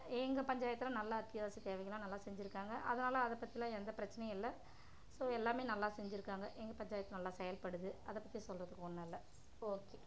எங்கள் பஞ்சாயத்தில் நல்லா அத்தியாவசிய தேவைக்கலாம் நல்லா செஞ்சுருக்காங்க அதனால் அதை பற்றிலாம் எந்த பிரச்சனையும் இல்லை ஸோ எல்லாம் நல்லா செஞ்சுருக்காங்க எங்கள் பஞ்சாயத்து நல்லா செயல்படுது அதை பற்றி சொல்கிறதுக்கு ஒன்றும் இல்ல ஓகே